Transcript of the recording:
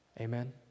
Amen